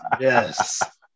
yes